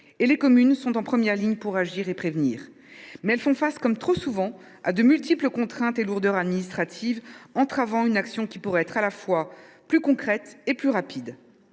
Les communes sont en première ligne pour agir et prévenir. Toutefois, comme trop souvent, elles font face à de multiples contraintes et lourdeurs administratives entravant une action qui pourrait être, à la fois, plus concrète et plus rapide.